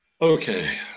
Okay